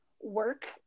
work